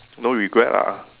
no regret lah